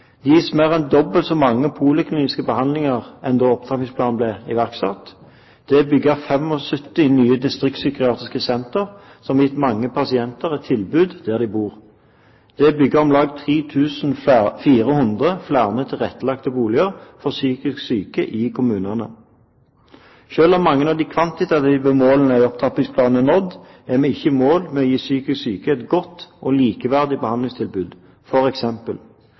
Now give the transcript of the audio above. Det gis mer enn dobbelt så mange polikliniske behandlinger som da opptrappingsplanen ble iverksatt. Det er bygd 75 nye distriktspsykiatriske sentre, som har gitt mange pasienter et tilbud der de bor. Det er bygd om lag 3 400 flere tilrettelagte boliger for psykisk syke i kommunene. Selv om mange av de kvantitative målene i opptrappingsplanen er nådd, er vi ikke i mål med å gi psykisk syke et godt og likeverdig behandlingstilbud,